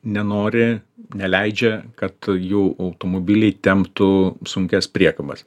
nenori neleidžia kad jų automobiliai temptų sunkias priekabas